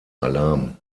alarm